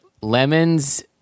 lemons